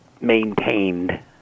maintained